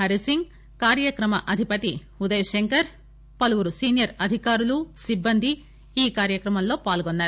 హరిసింగ్ కార్యక్రమ అధిపతి ఉదయ శంకర్ పలువురు సీనియర్ అధికారులు సిబ్బంది ఈ కార్యక్రమంలో పాల్గొన్నారు